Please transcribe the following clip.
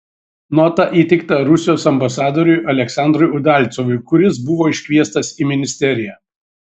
nota įteikta rusijos ambasadoriui aleksandrui udalcovui kuris buvo iškviestas į ministeriją